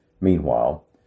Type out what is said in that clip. Meanwhile